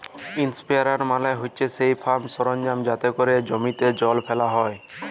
ইসপেরেয়ার মালে হছে সেই ফার্ম সরলজাম যাতে ক্যরে জমিতে জল ফ্যালা হ্যয়